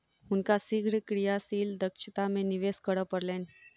हुनका शीघ्र क्रियाशील दक्षता में निवेश करअ पड़लैन